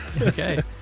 Okay